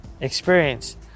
experience